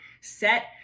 Set